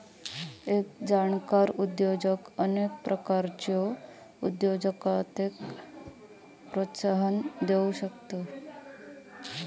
एक जाणकार उद्योजक अनेक प्रकारच्या उद्योजकतेक प्रोत्साहन देउ शकता